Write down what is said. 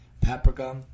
paprika